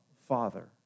father